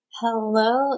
Hello